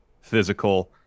physical